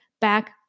back